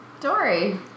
Dory